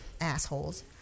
Assholes